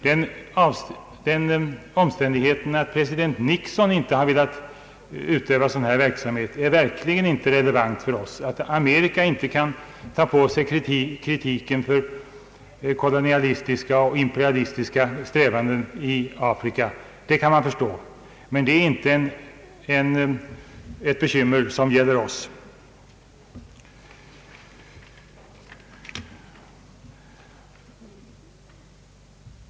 Den omständigheten att president Nixon inte har velat utöva sådan verksamhet är verkligen inte relevant för oss. Att Amerika inte kan ta på sig kritiken för kolonialistiska och imperialistiska strävanden i Afrika kan man förstå, men det är inte ett bekymmer som gäller oss.